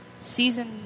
season